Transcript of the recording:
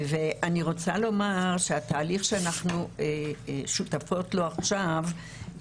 ואני רוצה לומר שהתהליך שאנחנו שותפות לו עכשיו,